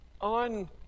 On